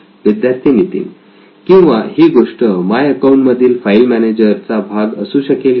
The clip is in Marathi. विद्यार्थी नितीन किंवा ही गोष्ट माय अकाउंट मधील फाईल मॅनेजर चा भाग असू शकेल का